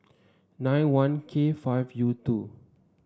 nine one K five U two